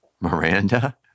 Miranda